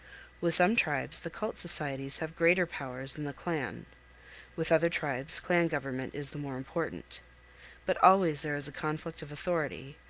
with some tribes the cult societies have greater powers than the clan with other tribes clan government is the more important but always there is a conflict of authority,